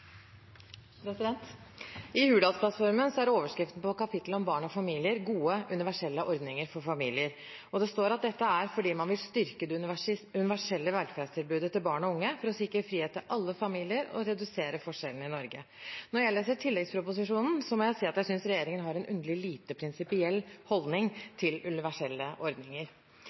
er overskriften på kapittelet om barn og familier «Gode universelle ordningar for alle familiar». Det står at dette er fordi man vil styrke det universelle velferdstilbudet til barn og unge for å sikre frihet til alle familier og redusere forskjellene i Norge. Når jeg leser tilleggsproposisjonen, må jeg si at jeg synes regjeringen har en underlig lite prinsipiell holdning til universelle ordninger.